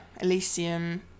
Elysium